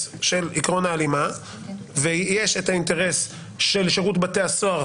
של עיקרון ההלימה ויש את האינטרס של שירות בתי הסוהר,